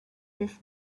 this